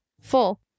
Full